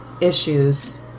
issues